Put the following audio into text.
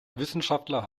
wissenschaftler